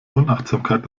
unachtsamkeit